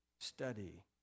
study